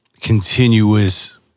continuous